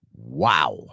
Wow